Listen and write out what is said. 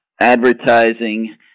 advertising